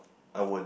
I won't